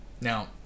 Now